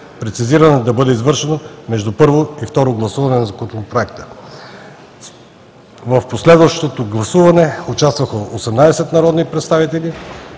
прецизиране да бъде извършено между първо и второ гласуване на законопроекта. В последвалото гласуване участваха 18 народни представители: